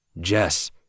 Jess